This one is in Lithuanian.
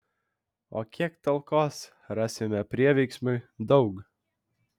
o kiek talkos rasime prieveiksmiui daug